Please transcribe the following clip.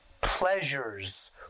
pleasures